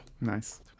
Nice